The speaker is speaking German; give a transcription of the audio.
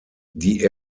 die